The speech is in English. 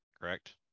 correct